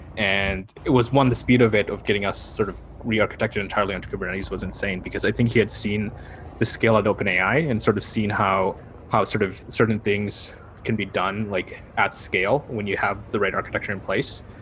and it was, one, the speed of it of getting us sort of re-architected entirely on kubernetes was insane, because i think he had seen the scale at openai and sort of seen how how sort of certain things can be done like at scale when you have the right architecture in place,